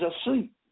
asleep